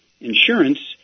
insurance